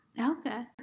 Okay